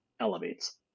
elevates